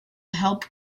help